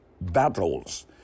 battles